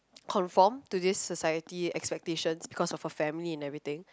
conform to this society expectation because of her family and everything